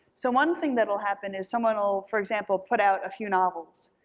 so one thing that'll happen is someone'll, for example, put out a few novels,